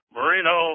Marino